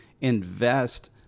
invest